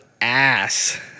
ass